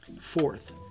Fourth